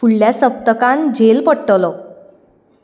फुडल्या सप्तकांत झेल पडटलो